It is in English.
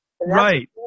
right